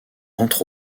entre